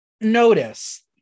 notice